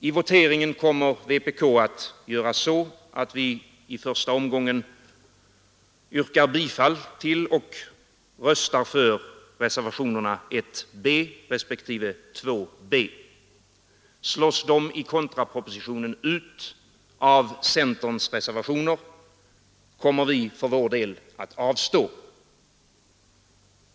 I voteringen kommer vi inom vpk att göra så att vi i första omgången yrkar bifall till och röstar för reservationerna 1 b respektive 2 b. Slås de i voteringen om kontraproposition ut av centerns reservationer kommer vi för vår del att avstå.